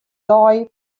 dei